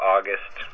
August